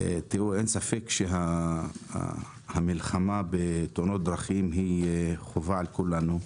אין ספק שהמלחמה בתאונות דרכים היא חובה על כולנו,